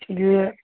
चलिए